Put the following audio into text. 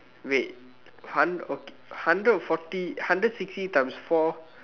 wait hun~ okay hundred forty hundred sixty times four